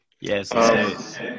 Yes